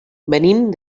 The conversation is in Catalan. venim